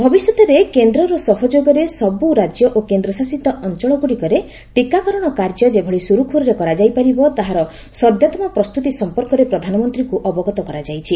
ଭବିଷ୍ୟତରେ କେନ୍ଦ୍ରର ସହଯୋଗରେ ସବୁ ରାଜ୍ୟ ଓ କେନ୍ଦ୍ରଶାସିତ ଅଞ୍ଚଳଗୁଡ଼ିକରେ ଟିକାକରଣ କାର୍ଯ୍ୟ ଯେଭଳି ସୁରୁଖୁରୁରେ କରାଯାଇ ପାରିବ ତାହାର ସଦ୍ୟତମ ପ୍ରସ୍ତୁତି ସମ୍ପର୍କରେ ପ୍ରଧାନମନ୍ତ୍ରୀଙ୍କୁ ଅବଗତ କରାଯାଇଛି